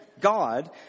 God